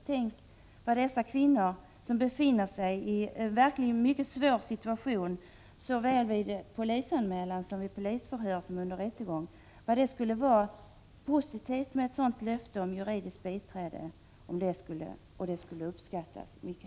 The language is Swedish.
Tänk vad det skulle vara positivt med ett löfte om juridiskt biträde för dessa kvinnor som verkligen befinner sig i en mycket svår situation såväl vid polisanmälan som vid polisförhör och rättegång! Det skulle uppskattas mycket.